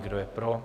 Kdo je pro?